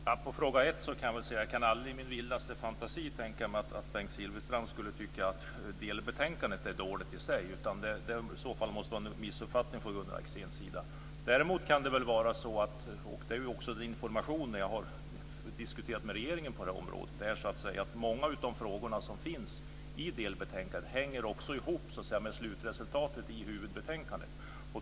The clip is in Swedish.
Fru talman! När det gäller den första frågan kan jag säga att jag inte i min vildaste fantasi kan tänka mig att Bengt Silfverstrand skulle tycka att delbetänkandet är dåligt i sig. Det måste i så fall vara en missuppfattning från Gunnar Axéns sida. Däremot kan det väl vara så att många av de frågor som finns i delbetänkandet hänger ihop med slutresultatet i huvudbetänkandet, och det är också den information som jag har diskuterat med regeringen på det här området.